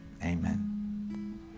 Amen